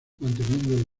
manteniendo